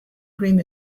cream